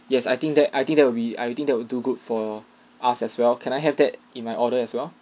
yes I think that I think that would be I think that will do good for us as well can I have that in my order as well